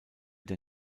der